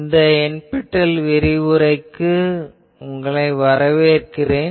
இந்த NPTEL விரிவுரைக்கு வரவேற்கிறேன்